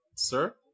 Sir